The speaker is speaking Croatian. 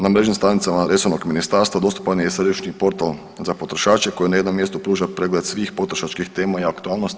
Na mrežnim stranicama resornog ministarstva dostupan je i središnji portal za potrošače koji na jednom mjestu pruža pregled svih potrošačkih tema i aktualnosti.